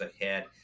ahead